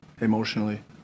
emotionally